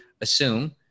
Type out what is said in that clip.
assume